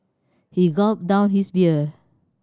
he gulped down his beer